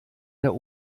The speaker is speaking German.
der